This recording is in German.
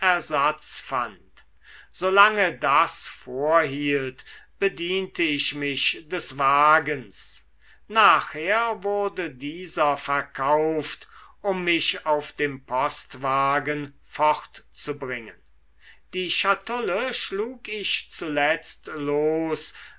ersatz fand solange das vorhielt bediente ich mich des wagens nachher wurde dieser verkauft um mich auf dem postwagen fortzubringen die schatulle schlug ich zuletzt los